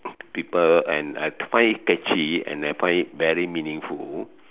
people and I find it catchy and I find it very meaningful